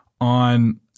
on